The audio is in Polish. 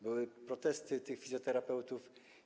Były protesty tych fizjoterapeutów.